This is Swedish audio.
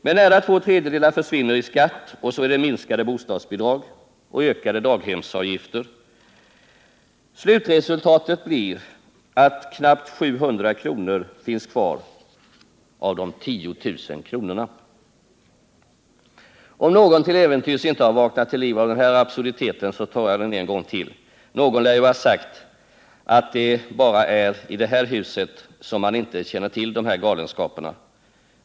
Men nära två tredjedelar försvinner i skatt, och därtill kommer minskade bostadsbidrag och ökade daghemsavgifter. Slutresultatet blir att knappt 700 kr. finns kvar av de 10 000 kronorna. Jag borde, för den händelse att någon inte har vaknat till liv av den här absurditeten, egentligen redogöra för den en gång till. Någon lär ju ha sagt, att det bara är i det här huset som man inte känner till dessa galenskaper.